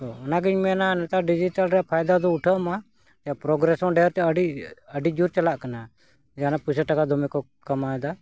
ᱛᱚ ᱚᱱᱟᱜᱤᱧ ᱢᱮᱱᱟ ᱱᱮᱛᱟᱨ ᱰᱤᱡᱤᱴᱟᱞ ᱨᱮᱭᱟᱜ ᱯᱷᱟᱭᱫᱟ ᱫᱚ ᱩᱴᱷᱟᱹᱣ ᱢᱟ ᱡᱮ ᱯᱨᱳᱜᱨᱮᱥ ᱦᱚᱸ ᱰᱷᱮᱨ ᱛᱮ ᱟᱹᱰᱤ ᱟᱹᱰᱤ ᱡᱳᱨ ᱪᱟᱞᱟᱜ ᱠᱟᱱᱟ ᱡᱮ ᱚᱱᱟ ᱯᱚᱭᱥᱟ ᱴᱟᱠᱟ ᱫᱚᱢᱮ ᱠᱚ ᱠᱟᱢᱟᱣᱫᱟ